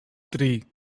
three